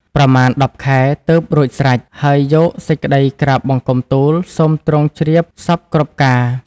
ប្រមាណ ១០ ខែ ទើបរួចស្រេច ហើយយកសេចក្ដីក្រាបបង្គំទូលសូមទ្រង់ជ្រាបសព្វគ្រប់ការ ។